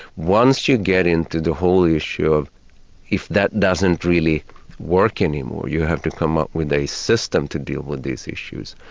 once you get into the whole issue of if that doesn't really work any more, you have to come up with a system to deal with these issues,